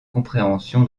compréhension